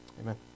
amen